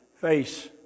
face